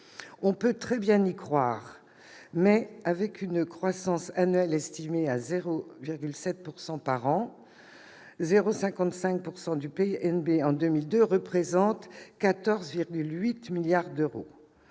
On peut très bien y croire. Cependant, avec une croissance annuelle estimée à 1,7 % par an, une part de 0,55 % du RNB en 2022 représente 14,8 milliards d'euros.